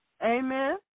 Amen